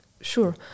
Sure